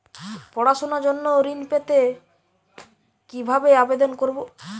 পড়াশুনা জন্য ঋণ পেতে কিভাবে আবেদন করব?